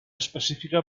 específica